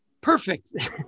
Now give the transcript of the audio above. perfect